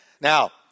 Now